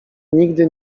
nigdy